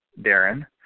Darren